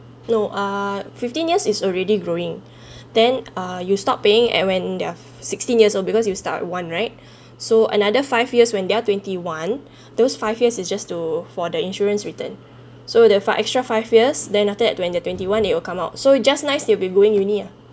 no ah fifteen years is already growing then ah you stop paying at when they're sixteen years old because you start one right so another five years when they're twenty one those five years is just to for the insurance return so that five extra five years then after that when they're twenty one it'll come out so just nice they'll be going uni ah